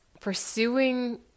pursuing